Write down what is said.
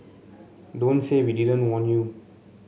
don't say we didn't warn you